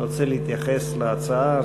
והוא רוצה להתייחס להצעה.